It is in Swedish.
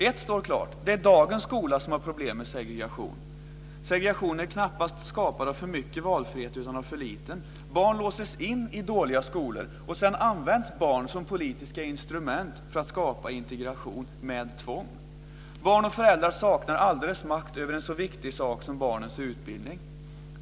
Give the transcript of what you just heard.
Ett står klart: Det är dagens skola som har problem med segregation. Segregationen är knappast skapad av för mycket valfrihet, utan av för liten. Barn låses in i dåliga skolor och används som politiska instrument för att skapa integration med tvång. Barn och föräldrar saknar alldeles makt över en så viktig sak som barnens utbildning.